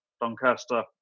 Doncaster